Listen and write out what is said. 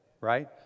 right